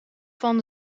van